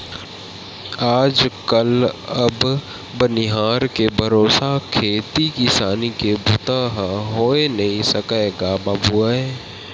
आज कल अब बनिहार के भरोसा खेती किसानी के बूता ह होय नइ सकय गा बाबूय